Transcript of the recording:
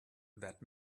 that